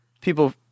people –